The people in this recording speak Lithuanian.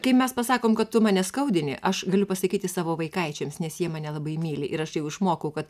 kai mes pasakom kad tu mane skaudini aš galiu pasakyti savo vaikaičiams nes jie mane labai myli ir aš čia jau išmokau kad